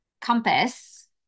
compass